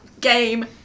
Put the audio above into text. Game